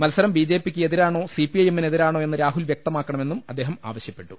മത്സരം B J പിക്ക് എതിരാണോ സി പി ഐ എമ്മിന് എതിരാണോ എന്ന് രാഹുൽ വ്യക്തമാക്കണമെന്നും അദ്ദേഹം ആവശ്യപ്പെട്ടു